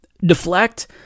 deflect